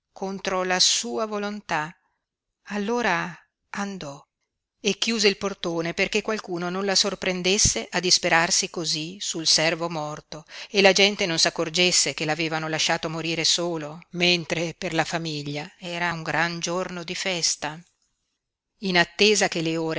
contro sua volontà allora andò e chiuse il portone perché qualcuno non la sorprendesse a disperarsi cosí sul servo morto e la gente non s'accorgesse che l'avevano lasciato morire solo mentre per la famiglia era un gran giorno di festa in attesa che le